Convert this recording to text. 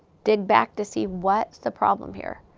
dig back to see, what's the problem here?